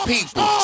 people